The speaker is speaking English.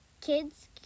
kids